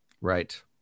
Right